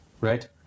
right